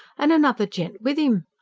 an' another gent with im.